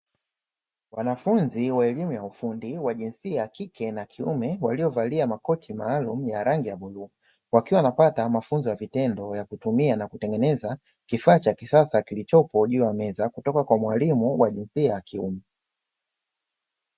Wanafunzi wa elimu ya ufundi wa jinsia ya kike na kiume waliovalia makoti maalumu ya rangi ya bluu, wakiwa wanapata mafunzo ya vitendo ya kutumia na kutengeneza kifaa cha kisasa kilichopo juu ya meza kutoka kwa mwalimu wa jinsia ya kiume.